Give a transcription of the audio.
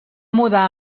mudar